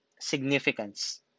significance